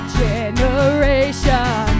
generation